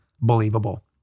believable